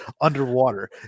underwater